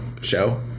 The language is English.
show